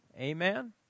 amen